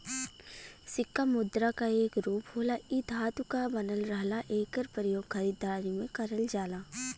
सिक्का मुद्रा क एक रूप होला इ धातु क बनल रहला एकर प्रयोग खरीदारी में करल जाला